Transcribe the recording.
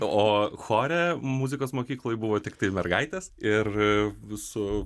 o chore muzikos mokykloj buvo tiktai mergaitės ir visu